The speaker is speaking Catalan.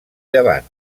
llevant